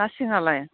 ना सेंआलाय